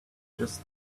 just